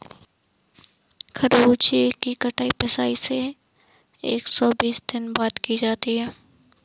खरबूजे की कटाई पिचासी से एक सो बीस दिनों के बाद की जाती है